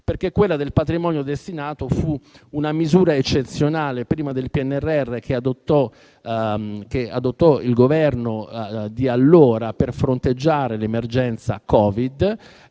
perché quella del patrimonio destinato fu una misura eccezionale, prima del PNRR, che adottò il Governo di allora per fronteggiare l'emergenza Covid.